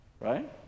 right